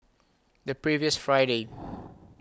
The previous Friday